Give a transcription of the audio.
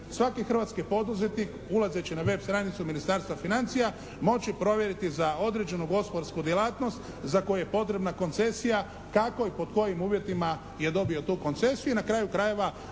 svaki hrvatski poduzetnik ulazeći na web stranicu Ministarstva financija moći provjeriti za određenu gospodarsku djelatnost za koju je potrebna koncesija kako i pod kojim uvjetima je dobio tu koncesiju. I na kraju krajeva,